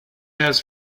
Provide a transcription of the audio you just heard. has